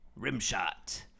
Rimshot